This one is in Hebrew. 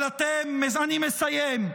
אני מסיים.